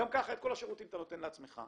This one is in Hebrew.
גם ככה את כל השירותים אתה נותן לעצמך.